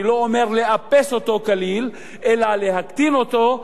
אני לא אומר לאפס אותו כליל אלא להקטין אותו,